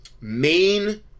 main